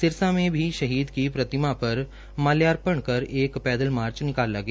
सिरसा में भी शहीद की प्रतिमा पर माल्यापर्ण कर पैदल मार्च निकाला गया